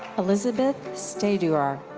elizabeth staduar.